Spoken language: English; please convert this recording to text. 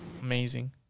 Amazing